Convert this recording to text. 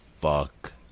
fuck